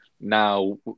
now